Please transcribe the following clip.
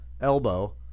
elbow